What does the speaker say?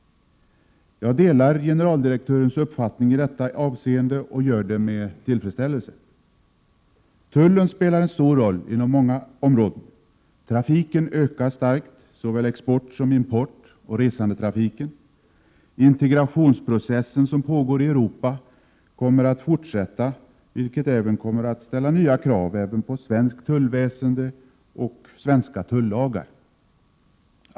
Jag delar generaldirektörens uppfattning i detta avseende och gör det med tillfredsställelse. Tullen spelar en stor roll inom många områden. Trafiken ökar starkt — såväl export och import som resandetrafiken. Integrationsprocessen som pågår i Europa kommer att fortsätta, vilket kommer att ställa nya krav även på svenskt tullväsende och svenska tullagar.